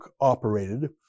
operated